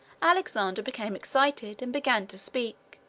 alexander became excited, and began to speak,